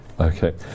Okay